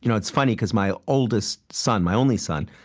you know it's funny, because my oldest son, my only son,